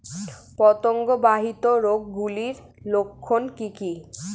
পতঙ্গ বাহিত রোগ গুলির লক্ষণ কি কি?